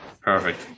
perfect